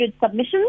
submissions